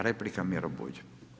Replika Miro Bulj.